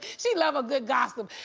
she love a good gossip,